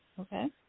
Okay